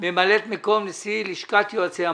ממלאת מקום נשיא לשכת יועצי המס.